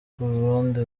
kurundi